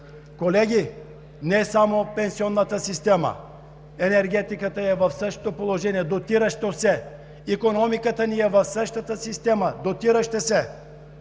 Колеги, не само пенсионната система, и енергетиката е в същото положение – дотиращо се, икономиката ни е в същата система – дотираща се.